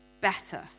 better